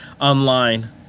online